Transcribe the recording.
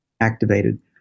activated